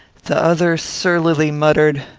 the other surlily muttered,